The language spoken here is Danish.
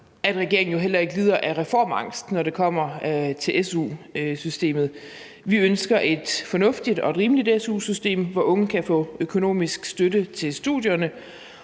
at regeringen jo heller ikke lider af reformangst, når det kommer til su-systemet. Vi ønsker et fornuftigt og rimeligt su-system, hvor unge kan få økonomisk støtte til studierne,